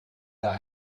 gar